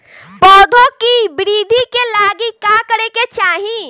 पौधों की वृद्धि के लागी का करे के चाहीं?